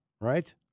right